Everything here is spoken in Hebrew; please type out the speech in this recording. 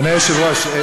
אדוני היושב-ראש,